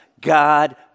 God